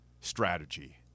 strategy